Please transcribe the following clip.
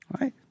Right